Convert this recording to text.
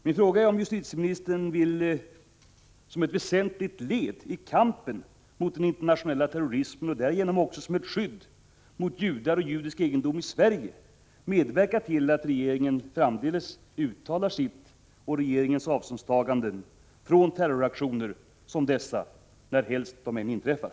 Min fråga är om justitieministern, som ett väsentligt led i kampen mot den internationella terrorismen och därigenom också som ett skydd för judar och judisk egendom i Sverige, vill medverka till att regeringen framdeles uttalar sitt och regeringens avståndstagande från terroraktioner som dessa närhelst de inträffar.